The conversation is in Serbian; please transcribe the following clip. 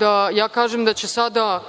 da ja kažem da će sada